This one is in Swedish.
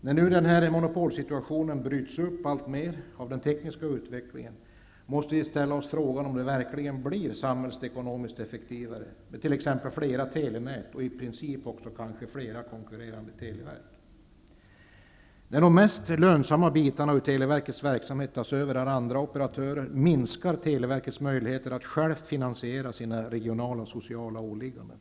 När nu den här monopolsituationen alltmer bryts av den tekniska utvecklingen måste vi ställa frågan om det verkligen blir samhällsekonomiskt effektivare med t.ex. flera telenät och i princip kanske också flera konkurrerande televerk. När de mest lönsamma bitarna i televerkets verksamhet tas över av andra operatörer minskar televerkets möjligheter att självt finansiera sina regionala och sociala åligganden.